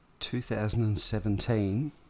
2017